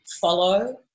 follow